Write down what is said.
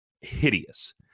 hideous